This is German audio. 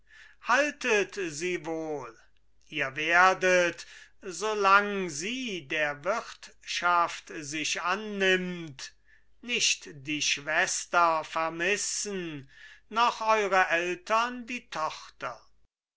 haltet sie wohl ihr werdet solang sie der wirtschaft sich annimmt nicht die schwester vermissen noch eure eltern die tochter